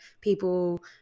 people